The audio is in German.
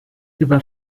über